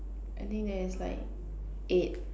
I think there's like eight